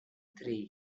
three